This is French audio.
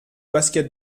basket